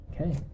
okay